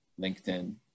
LinkedIn